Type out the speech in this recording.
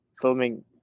Filming